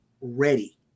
ready